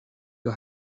you